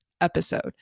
episode